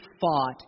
fought